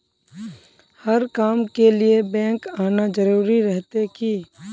हर काम के लिए बैंक आना जरूरी रहते की?